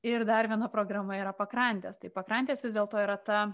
ir dar viena programa yra pakrantės tai pakrantės vis dėlto yra ta